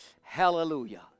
Hallelujah